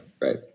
right